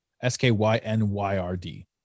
S-K-Y-N-Y-R-D